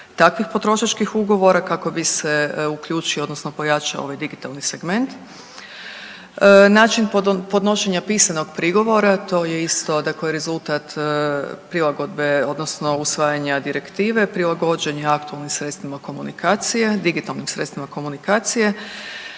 takvih potrošačkih ugovora kako bi se uključio, odnosno pojačao ovaj digitalni segment. Način podnošenja pisanog prigovora, to je isto, dakle rezultat prilagodbe, odnosno usvajanja Direktive, prilagođen je aktualnim sredstvima komunikacije, digitalnih sredstva komunikacije.